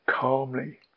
calmly